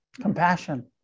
compassion